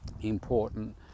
important